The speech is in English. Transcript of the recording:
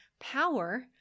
power